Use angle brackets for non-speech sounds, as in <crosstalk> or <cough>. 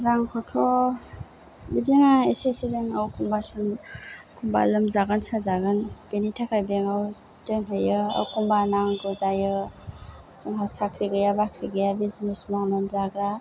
रांखौथ' बिदिनो एसे एसे <unintelligible> औ होनबासो एखमबा लोमजागोन साजागोन बेनि थाखाय बेंकआव दोनहैयो एखमबा नांगौ जायो जोंहा साख्रि गैया बाख्रि गैया बिजिनेस मावनानै जाग्रा